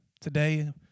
Today